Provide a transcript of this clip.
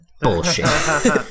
bullshit